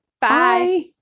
Bye